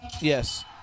Yes